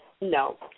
No